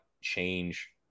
change